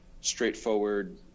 straightforward